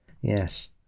yes